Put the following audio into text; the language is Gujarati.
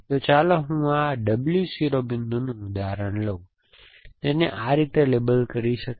તો ચાલો હું આ W શિરોબિંદુનું ઉદાહરણ લઉં તેને આ રીતે લેબલ કરી શકાય